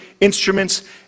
instruments